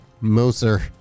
Moser